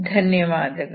ಧನ್ಯವಾದಗಳು